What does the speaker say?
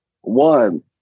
one